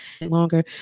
longer